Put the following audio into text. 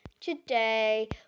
Today